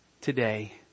today